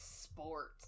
sports